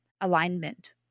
alignment